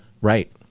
Right